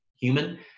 human